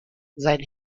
sein